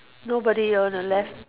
nobody on the left